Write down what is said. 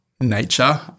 Nature